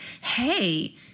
hey